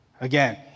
Again